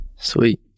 Sweet